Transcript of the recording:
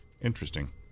interesting